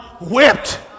whipped